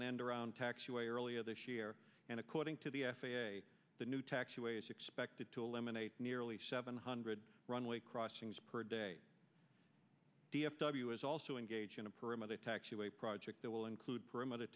and around taxiway earlier this year and according to the f a a the new taxiways expected to eliminate nearly seven hundred runway crossings per day d f w is also engage in a perimeter taxiway project that will include perimeter